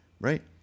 right